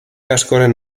askoren